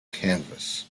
canvas